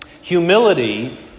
Humility